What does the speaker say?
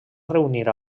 reunir